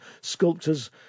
sculptors